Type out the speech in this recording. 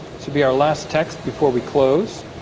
to be our last text before we close